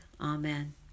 Amen